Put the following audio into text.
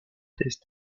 test